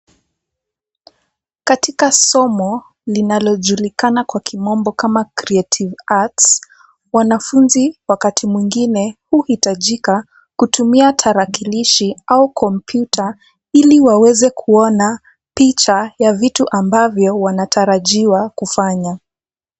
Katika somo linalojulikana kwa kimombo kama creative arts wanafunzi wakati mwingine huhitajika kutumia tarakilishi au kompyuta ili waweze kuona picha ya vitu ambavyo wanatarajiwa kufanya.